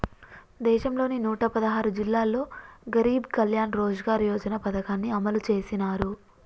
దేశంలోని నూట పదహారు జిల్లాల్లో గరీబ్ కళ్యాణ్ రోజ్గార్ యోజన పథకాన్ని అమలు చేసినారు